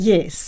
Yes